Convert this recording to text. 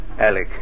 Alec